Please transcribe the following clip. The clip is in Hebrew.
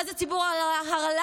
מה זה ציבור הרל"ב?